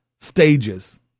stages